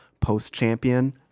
post-champion